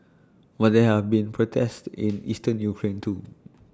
but there have been protests in eastern Ukraine too